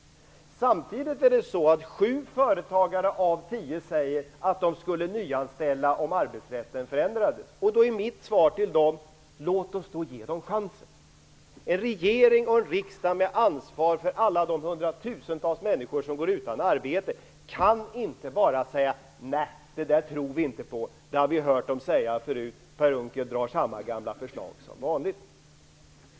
Samtidigt säger sju företagare av tio att de skulle nyanställa om arbetsrätten förändrades. Då är mitt svar till dem: Låt oss ge dem chansen. En regering och riksdag med ansvar för alla de hundratusentals människor som går utan arbeta kan inte bara säga: Nej, det där tror vi inte på, det har vi hört dem säga förut. Per Unckel drar samma gamla förslag som vanligt.